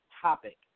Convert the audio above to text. topic